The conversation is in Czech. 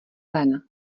ven